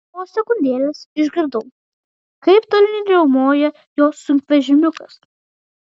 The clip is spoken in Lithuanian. po sekundėlės išgirdau kaip tolyn riaumoja jo sunkvežimiukas